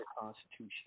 Constitution